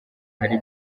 hari